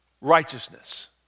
righteousness